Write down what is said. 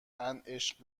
عشق